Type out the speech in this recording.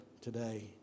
today